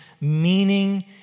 meaning